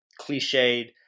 cliched